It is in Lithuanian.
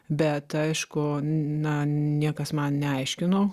bet aišku na niekas man neaiškino